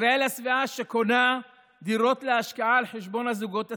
ישראל השבעה שקונה דירות להשקעה על חשבון הזוגות הצעירים,